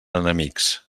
enemics